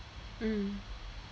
mm